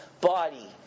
body